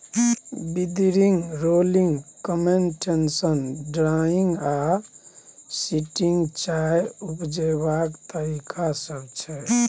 withering, rolling, fermentation, drying आ sorting चाय उपजेबाक तरीका सब छै